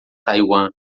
taiwan